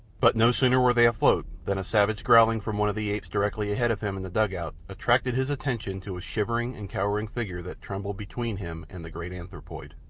but no sooner were they afloat than a savage growling from one of the apes directly ahead of him in the dugout attracted his attention to a shivering and cowering figure that trembled between him and the great anthropoid.